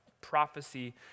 prophecy